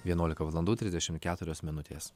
vienuolika valandų trisdešimt keturios minutės